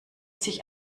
sich